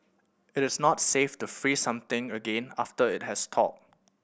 it is not safe to freeze something again after it has thawed